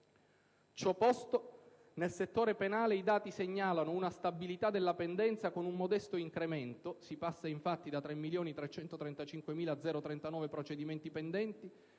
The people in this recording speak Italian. Ciò posto, nel settore penale i dati segnalano una stabilità della pendenza, con un modesto decremento (si passa, infatti, da 3.335.039 procedimenti pendenti